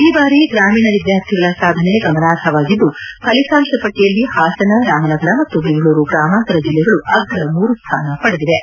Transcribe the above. ಈ ಬಾರಿ ಗ್ರಾಮೀಣ ವಿದ್ಯಾರ್ಥಿಗಳ ಸಾಧನೆ ಗಮನಾರ್ಹವಾಗಿದ್ದು ಫಲಿತಾಂಶ ಪಟ್ಟಿಯಲ್ಲಿ ಹಾಸನ ರಾಮನಗರ ಮತ್ತು ಬೆಂಗಳೂರು ಗ್ರಾಮಾಂತರ ಜಿಲ್ಲೆಗಳು ಅಗ್ರ ಮೂರು ಸ್ಥಾನ ಪಡೆದಿವೆ